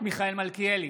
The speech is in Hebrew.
מיכאל מלכיאלי,